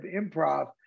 improv